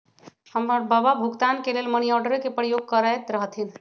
हमर बबा भुगतान के लेल मनीआर्डरे के प्रयोग करैत रहथिन